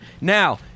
Now